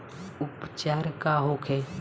उपचार का होखे?